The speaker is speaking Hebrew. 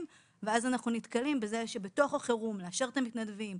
ואז אנחנו נתקלים בזה שבתוך החירום צריך לאשר את המתנדבים,